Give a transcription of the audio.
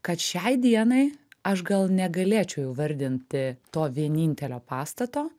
kad šiai dienai aš gal negalėčiau įvardinti to vienintelio pastato